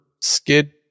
skid